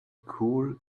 cool